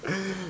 what the fuck